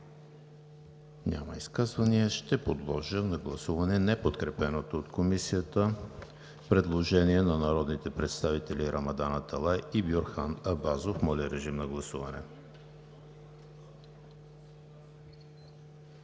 Няма. Ще подложа на гласуване неподкрепеното от Комисията предложение на народните представители Рамадан Аталай и Бюрхан Абазов. Моля, гласувайте.